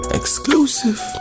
Exclusive